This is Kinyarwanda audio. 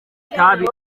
itabi